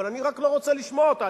אבל אני רק לא רוצה לשמוע אותה,